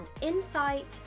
insight